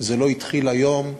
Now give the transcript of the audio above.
זה לא התחיל היום,